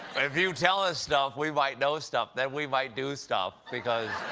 you tell us stuff, we might know stuff, then we might do stuff. because